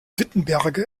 wittenberge